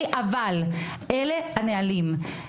אבל אלא הנהלים,